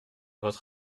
votre